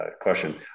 question